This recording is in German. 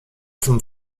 zum